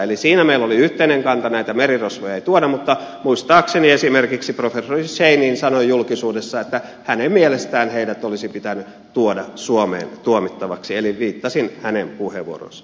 eli siinä meillä oli yhteinen kanta näitä merirosvoja ei tuoda mutta muistaakseni esimerkiksi professori scheinin sanoi julkisuudessa että hänen mielestään heidät olisi pitänyt tuoda suomeen tuomittavaksi eli viittasin hänen puheenvuoroonsa